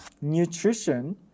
nutrition